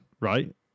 right